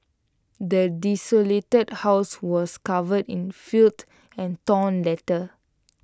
the desolated house was covered in filth and torn letters